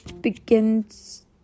begins